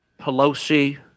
Pelosi